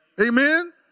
Amen